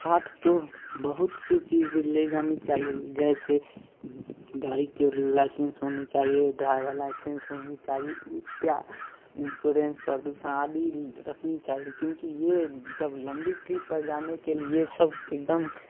साथ तो बहुत सी चीज़ ले जानी चाहिए जैसे गाड़ी के लाइसेंस होनी चाहिए ड्राइवर लाइसेंस होनी चाहि इत्या इंसोरेंस प्रदूषण आदि री रखनी चाहिए क्योंकि यह जब लंबी ट्रिप जाने के लिए सब एकदम